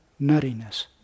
nuttiness